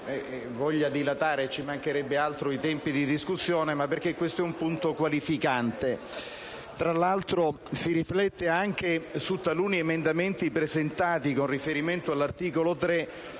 voglia dilatare - e ci mancherebbe altro - i tempi di discussione, ma perché questo è un punto qualificante. Tra l'altro, si riflette anche su taluni emendamenti presentati con riferimento all'articolo 2;